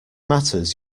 matters